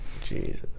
Jesus